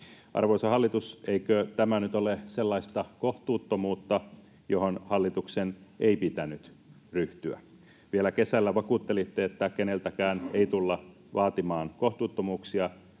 Arvoisa hallitus, eikö tämä nyt ole sellaista kohtuuttomuutta, johon hallituksen ei pitänyt ryhtyä? Vielä kesällä vakuuttelitte, että keneltäkään ei tulla vaatimaan kohtuuttomuuksia,